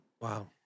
Wow